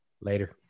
Later